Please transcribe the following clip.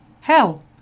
Hell